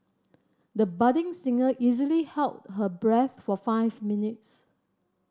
the budding singer easily held her breath for five minutes